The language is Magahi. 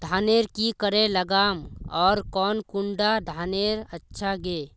धानेर की करे लगाम ओर कौन कुंडा धानेर अच्छा गे?